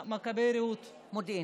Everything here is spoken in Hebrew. מודיעין.